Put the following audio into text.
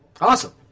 Awesome